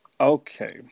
Okay